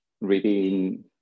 reading